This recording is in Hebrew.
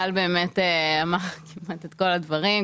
גל באמת אמר כמעט את כל הדברים,